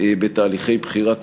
בתהליכי בחירה קודמים.